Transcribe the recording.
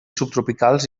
subtropicals